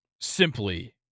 simply